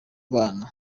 bwana